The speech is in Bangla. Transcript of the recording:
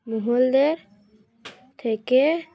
মহলদেরের থেকে